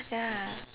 ya